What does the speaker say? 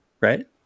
right